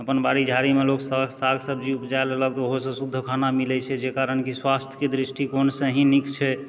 अपन बाड़ी झाड़ीमे लोक साग सब्जी उपजाय लेलक ओहोसँ शुद्ध खाना मिलै छै जाहि कारण कि स्वास्थ्यके दृष्टिकोणसँ ही नीक छै